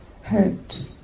hurt